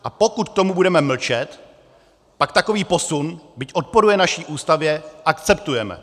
A pokud k tomu budeme mlčet, pak takový posun, byť odporuje naší Ústavě, akceptujeme.